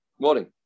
Morning